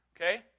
okay